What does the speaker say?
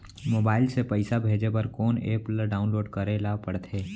Mobile से पइसा भेजे बर कोन एप ल डाऊनलोड करे ला पड़थे?